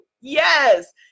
Yes